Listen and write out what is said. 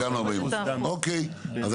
אוקיי, רגע.